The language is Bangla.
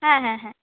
হ্যাঁ হ্যাঁ হ্যাঁ